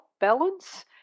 balance